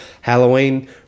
Halloween